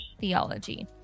theology